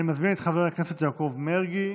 אני מזמין את חבר הכנסת יעקב מרגי,